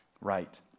right